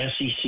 SEC